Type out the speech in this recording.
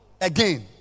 Again